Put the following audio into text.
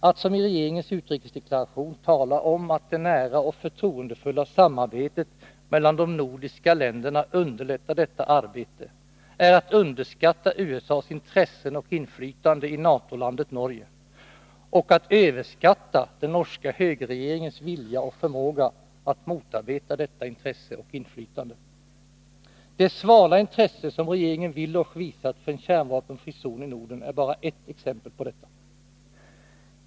Att som i regeringens utrikesdeklaration tala om att det nära och förtroendefulla samarbetet mellan de nordiska länderna underlättar detta arbete, är att underskatta USA:s intressen och inflytande i NATO-landet Norge och att överskatta den norska högerregeringens vilja och förmåga att motarbeta detta intresse och inflytande. Det svala intresse som regeringen Willoch visat för en kärnvapenfri zon i Norden är bara eft exempel på detta.